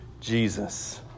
Jesus